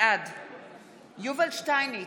בעד יובל שטייניץ,